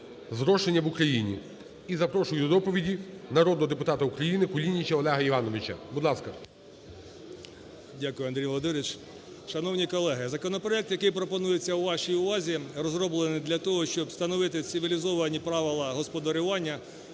зрошення в Україні. І запрошую до доповіді народного депутата України Кулініча Олега Івановича. Будь ласка. 11:39:50 КУЛІНІЧ О.І. Дякую, Андрій Володимирович. Шановні колеги, законопроект, який пропонується вашій увазі, розроблений для того, щоб встановити цивілізовані правила господарювання